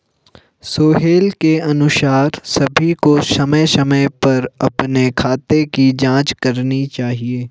सोहेल के अनुसार सभी को समय समय पर अपने खाते की जांच करनी चाहिए